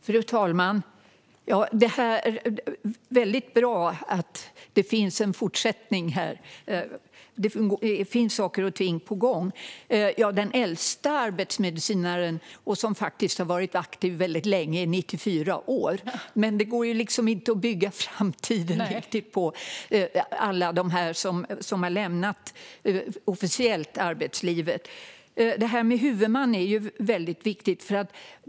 Fru talman! Det är väldigt bra att det finns en fortsättning här och att det finns saker och ting på gång. Den äldsta arbetsmedicinaren som har varit aktiv väldigt länge är 94 år. Det går inte att bygga framtiden riktigt på alla dem som officiellt har lämnat arbetslivet. Det här med huvudman är väldigt viktigt.